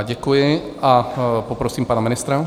Děkuji a poprosím pana ministra.